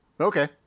Okay